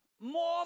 more